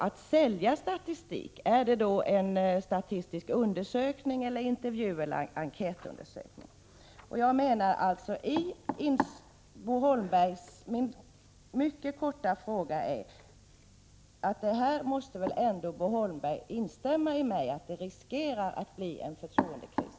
Att sälja statistik, är det detsamma som att göra en statistisk undersökning, en intervjuundersökning eller en enkätundersökning? Bo Holmberg måste väl ändå instämma i att man här riskerar att hamna i en förtroendekris.